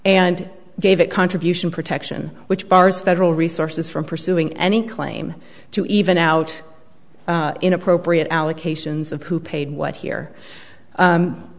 and gave it contribution protection which bars federal resources from pursuing any claim to even out in appropriate allocations of who paid what here